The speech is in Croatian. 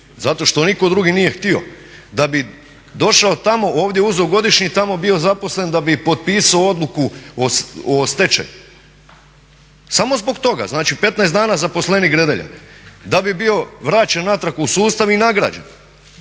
zato što nitko drugi nije htio da bi došao tamo, ovdje uzeo godišnji, tamo bio zaposlen da bi potpisao odluku o stečaju, samo zbog toga. Znači 15 dana zaposlenik Gredelja, da bi bio vraćen natrag u sustav i nagrađen,